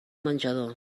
menjador